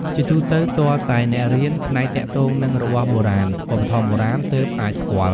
ជាទូទៅ ទាល់តែអ្នករៀន ផ្នែកទាក់ទងនឹងរបស់បុរាណ វប្បធម៌បុរាណ ទើបអាចស្គាល់។